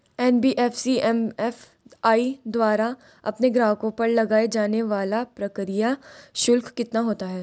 NBFC MFI द्वारा अपने ग्राहकों पर लगाए जाने वाला प्रक्रिया शुल्क कितना होता है?